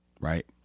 Right